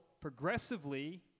progressively